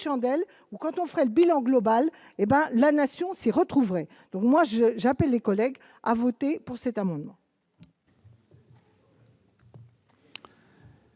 d'chandelle ou quand on fera le bilan global et ben la nation c'est retrouverait donc moi je j'appelle les collègues à voté pour cet amendement.